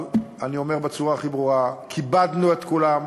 אבל אני אומר בצורה הכי ברורה: כיבדנו את כולם,